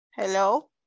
hello